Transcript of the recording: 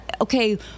okay